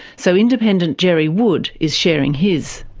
so independent gerry wood is sharing his.